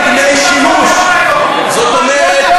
זאת אומרת,